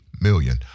million